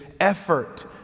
effort